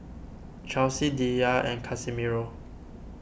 Charlsie Diya and Casimiro